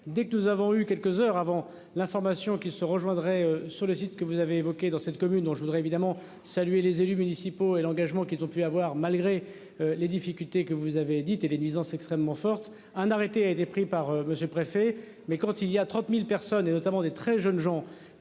Dès que nous avons eu quelques heures avant l'information qui se rejoindrait sur le site que vous avez évoquées dans cette commune dont je voudrais évidemment salué les élus municipaux et l'engagement qu'ils ont pu avoir malgré. Les difficultés que vous avez dit et les nuisances extrêmement forte. Un arrêté a été pris par monsieur le préfet, mais quand il y a 30.000 personnes et notamment des très jeunes gens